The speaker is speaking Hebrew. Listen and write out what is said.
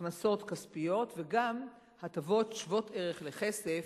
הכנסות כספיות וגם הטבות שוות-ערך לכסף,